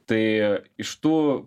tai iš tų